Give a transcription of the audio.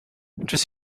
just